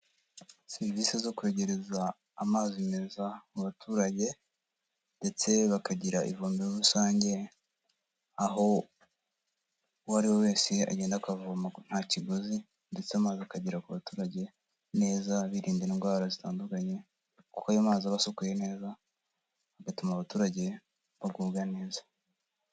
Serivisi zo kwegereza amazi meza mu baturage ndetse bakagira ivomero rusange aho uwo ariwe wese agenda akavoma nta kiguzi ndetse maze akagera ku baturage neza birinda indwara zitandukanye kuko ayo mazi aba asukuye neza, bituma abaturage bagubwa neza.